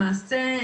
למעשה,